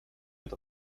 mit